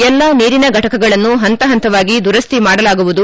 ಎಲ್ಲಾ ನೀರಿನ ಫಟಕಗಳನ್ನು ಪಂತ ಪಂತವಾಗಿ ದುರಸ್ತಿ ಮಾಡಲಾಗುವುದು